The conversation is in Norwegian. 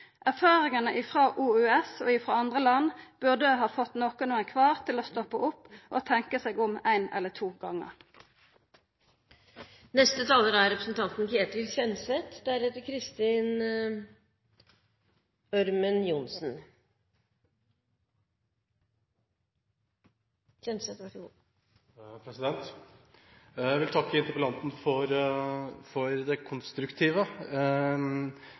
Erfaringane frå OUS og frå andre land burda ha fått nokon kvar til å stoppa opp og tenka seg om ei eller to gongar. Jeg vil takke interpellanten for det konstruktive